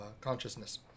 consciousness